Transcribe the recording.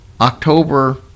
October